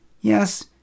Yes